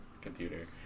computer